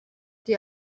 die